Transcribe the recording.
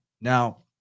now